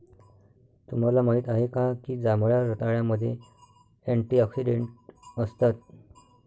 तुम्हाला माहित आहे का की जांभळ्या रताळ्यामध्ये अँटिऑक्सिडेंट असतात?